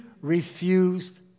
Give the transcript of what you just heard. refused